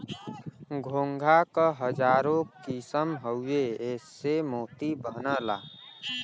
घोंघा क हजारो किसम हउवे एसे मोती बनला